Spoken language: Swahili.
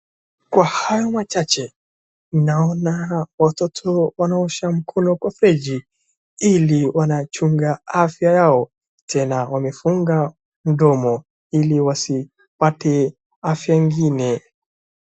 Kwa hayo machache, naona watoto wanaosha mikono kwa mfereji ili wanachunga afya yao tena wamefunga mdomo ili wasipate afya ingine.